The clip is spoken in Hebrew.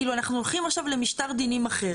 כאילו, אנחנו הולכים עכשיו למשטר דינים אחר.